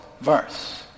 verse